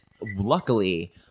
luckily